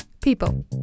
People